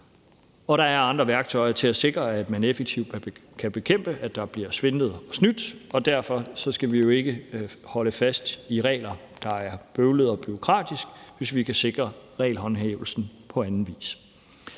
Der er andre værktøjer til at sikre, at man effektivt kan bekæmpe, at der bliver svindlet og snydt. Derfor skal vi jo ikke holde fast i regler, der er bøvlede og bureaukratiske, hvis vi kan sikre regelhåndhævelsen på anden vis.